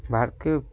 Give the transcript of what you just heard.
ভারতকে